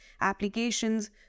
applications